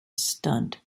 stunt